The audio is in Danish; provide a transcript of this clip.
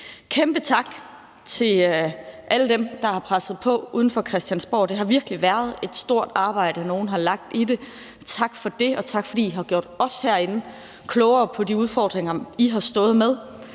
kæmpe tak til alle dem, der har presset på uden for Christiansborg, det har virkelig været et stort arbejde, nogle har lagt i det. Tak for det, og tak, fordi I har gjort os herinde klogere på de udfordringer, I har stået med.